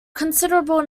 considerable